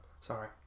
Sorry